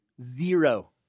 Zero